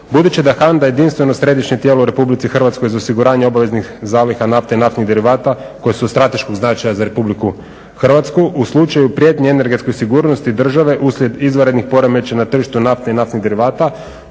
Budući da je HANDA jedinstveno središnje tijelu o RH za osiguranje obaveznih zaliha nafte i naftnih derivata koje su od strateškog značaja za RH u slučaju prijetnje energetske sigurnosti države uslijed izvanrednih poremećaja na tržištu nafte i naftnih derivata